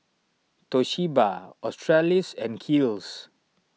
Toshiba Australis and Kiehl's